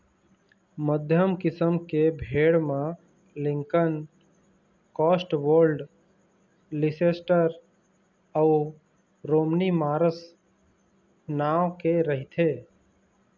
मध्यम किसम के भेड़ म लिंकन, कौस्टवोल्ड, लीसेस्टर अउ रोमनी मार्स नांव के रहिथे